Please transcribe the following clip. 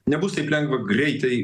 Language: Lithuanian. nebus taip lengva greitai